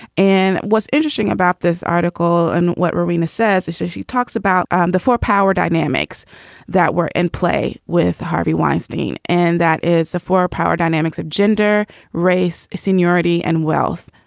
and what's interesting about this article and what marina says is that she talks about um the four power dynamics that were in play with harvey weinstein and that is the four power dynamics of gender race seniority and wealth.